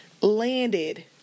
landed